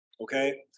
Okay